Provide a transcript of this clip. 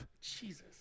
Jesus